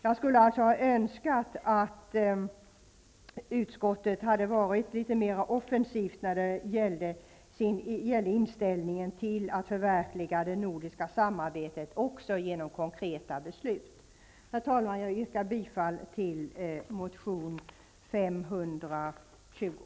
Jag skulle alltså ha önskat att utskottet hade varit litet mer offensivt när det gäller att förverkliga det nordiska samarbetet, också genom konkreta beslut. Herr talman! Jag yrkar bifall till motion 520.